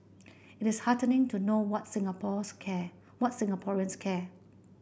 it is heartening to know what Singapore's care what Singaporeans care